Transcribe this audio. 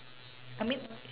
I mean